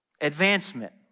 advancement